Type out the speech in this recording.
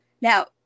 Now